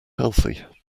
healthy